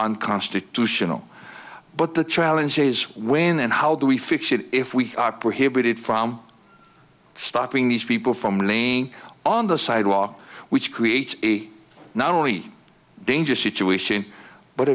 unconstitutional but the challenge is when and how do we fix it if we are prohibited from stopping these people from laying on the sidewalk which creates a not only dangerous situation but